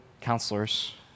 counselors